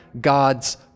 God's